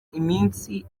iminsi